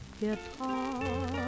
guitar